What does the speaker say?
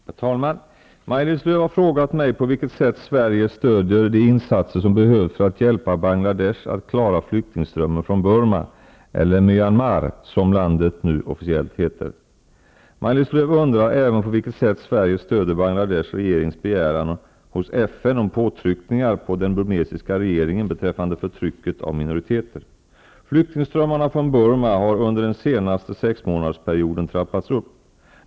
Herr talman! Maj-Lis Lööw har frågat mig på vilket sätt Sverige stödjer de insatser som behövs för att hjälpa Bangladesh att klara flyktingströmmen från Burma, eller Myanmar, som landet nu officiellt heter. Maj-Lis Lööw undrar även på vilket sätt Sverige stödjer Bangladesh rege rings begäran hos FN om påtryckningar på den burmesiska regeringen be träffande förtrycket av minoriteter. Flyktingströmmarna från Burma har under den senaste sexmånadersperio den trappats upp.